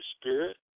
Spirit